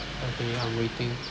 okay I'm waiting